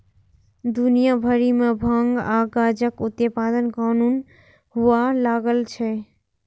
दुनिया भरि मे भांग आ गांजाक उत्पादन कानूनन हुअय लागल छै